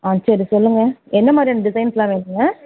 ஆ சரி சொல்லுங்கள் எந்த மாதிரியான டிசைன்ஸ்லாம் வேணுங்க